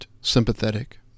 sympathetic